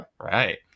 Right